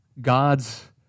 God's